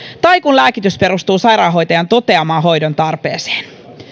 tai kun lääkitys perustuu sairaanhoitajan toteamaan hoidon tarpeeseen